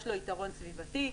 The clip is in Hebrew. יש לו יתרון סביבתי,